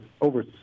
over